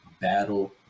battle